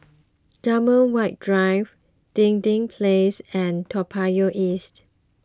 Graham White Drive Dinding Place and Toa Payoh East